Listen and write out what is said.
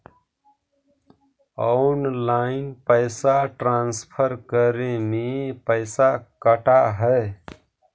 Online पैसा transfer करे में पैसा कटा है?